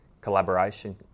collaboration